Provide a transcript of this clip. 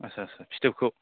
आदसा आदसा फिथोबखौ